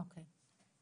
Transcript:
אוקי.